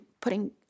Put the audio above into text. putting